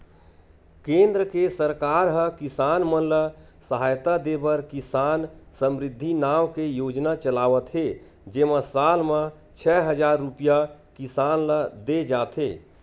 केंद्र के सरकार ह किसान मन ल सहायता देबर किसान समरिद्धि नाव के योजना चलावत हे जेमा साल म छै हजार रूपिया किसान ल दे जाथे